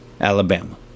Alabama